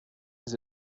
does